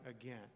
again